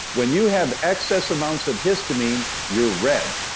when you have excess amounts of histamine, you're red.